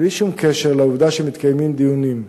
בלי שום קשר לעובדה שמתקיימים דיונים,